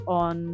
on